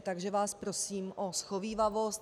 Takže vás prosím o shovívavost.